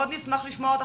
מאוד נשמח לשמוע אותך,